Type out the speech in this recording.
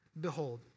behold